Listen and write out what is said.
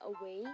away